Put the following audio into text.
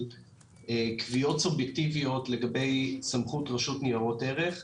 קביעות סובייקטיביות לגבי סמכות ראשות ניירות ערך.